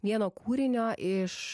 vieno kūrinio iš